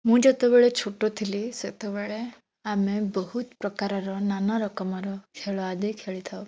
ମୁଁ ଯେତେବେଳେ ଛୋଟ ଥିଲି ସତେବେଳେ ଆମେ ବହୁତ ପ୍ରକାରର ନାନା ପ୍ରକାରର ଖେଳ ଆଦି ଖେଳିଥାଉ